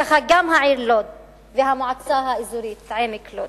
ככה גם העיר לוד והמועצה האזורית עמק-לוד.